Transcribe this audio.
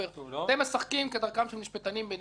אתם משחקים כדרכם של משפטנים בנדמה לי,